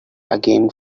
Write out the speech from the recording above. again